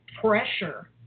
pressure